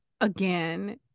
again